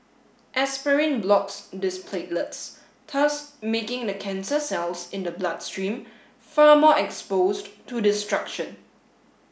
aspirin blocks these platelets thus making the cancer cells in the bloodstream far more exposed to destruction